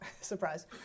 Surprise